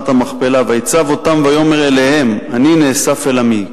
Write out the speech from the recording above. המכפלה: "ויצב אותם ויאמר אליהם אני נאסף אל עמי,